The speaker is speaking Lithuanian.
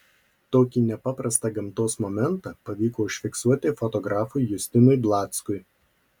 tokį nepaprastą gamtos momentą pavyko užfiksuoti fotografui justinui blackui